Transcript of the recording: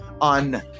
on